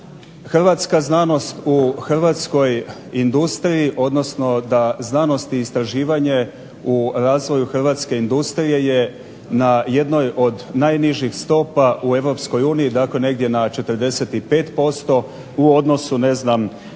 hrvatska znanost u hrvatskoj industriji, odnosno da znanost i istraživanje u razvoju hrvatske industrije je na jednoj od najnižih stopa u Europskoj uniji, dakle negdje na 45% u odnosu ne znam na